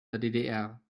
der